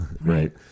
right